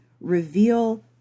reveal